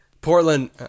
Portland